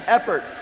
Effort